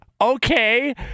Okay